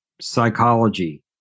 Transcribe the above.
psychology